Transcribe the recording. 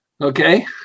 Okay